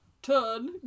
Turn